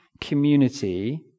community